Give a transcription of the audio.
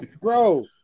Bro